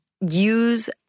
use